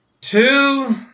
Two